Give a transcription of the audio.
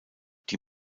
die